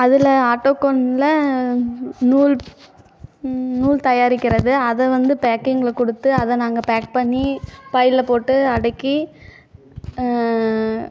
அதில் ஆட்டோகோனில் நூல் நூல் தயாரிக்கிறது அதை வந்து பேக்கிங்கில் கொடுத்து அதை நாங்கள் பேக் பண்ணி பையில் போட்டு அடக்கி